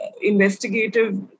investigative